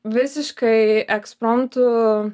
visiškai ekspromtu